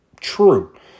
True